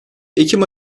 ekim